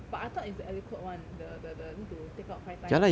but I thought it's the aliquot one the the the need to take out five times